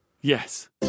Yes